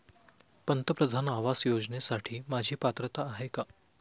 प्रधानमंत्री आवास योजनेसाठी माझी पात्रता आहे का?